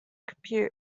compute